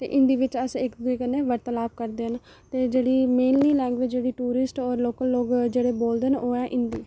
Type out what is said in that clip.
हिन्दी बिच असें इक दोऐ कने बार्तालाप करने होने ते जेहड़ी मेनली लेंगबेज जेहड़ी टूरिस्ट ते लोकल लोग बोलदे ना ओह् हिन्दी ऐ